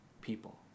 people